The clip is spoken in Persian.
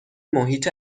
محیط